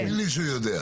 תאמין לי שהוא יודע.